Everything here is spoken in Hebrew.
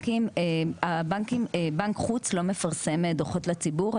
בנק חוץ לא מפרסם דיווח כספי לציבור.